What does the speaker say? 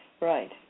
Right